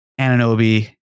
Ananobi